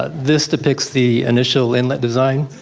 ah this depicts the initial inlet design.